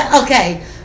Okay